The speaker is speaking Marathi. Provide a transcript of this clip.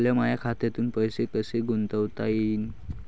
मले माया खात्यातून पैसे कसे गुंतवता येईन?